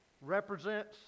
represents